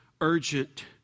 urgent